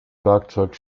werkzeug